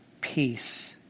peace